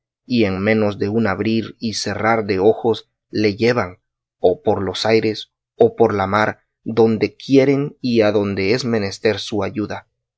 y en menos de un abrir y cerrar de ojos le llevan o por los aires o por la mar donde quieren y adonde es menester su ayuda